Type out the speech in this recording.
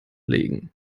liegen